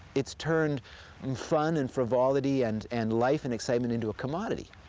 it's turned and fun and frivolity and and life and excitement into a commodity.